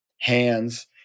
hands